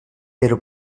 però